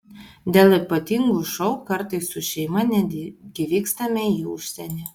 dėl ypatingų šou kartais su šeima netgi vykstame į užsienį